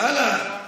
יאללה.